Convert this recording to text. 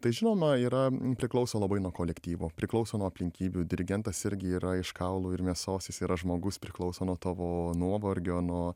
tai žinoma yra priklauso labai nuo kolektyvo priklauso nuo aplinkybių dirigentas irgi yra iš kaulų ir mėsos jis yra žmogus priklauso nuo tavo nuovargio nuo